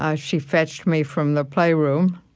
ah she fetched me from the playroom,